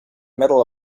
medal